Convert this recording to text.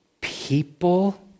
people